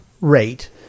rate